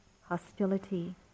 hostility